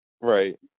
Right